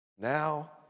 Now